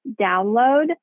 download